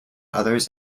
others